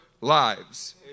lives